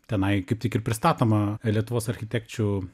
tenai kaip tik ir pristatoma lietuvos architekčių